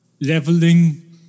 leveling